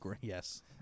Yes